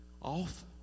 off